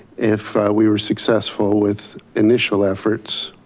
if we were successful with initial efforts.